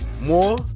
more